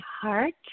heart